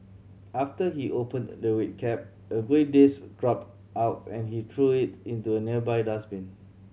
after he opened the red cap a grey disc dropped out and he threw it into a nearby dustbin